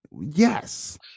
yes